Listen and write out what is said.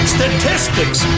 Statistics